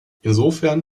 insofern